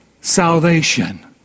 salvation